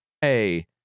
Hey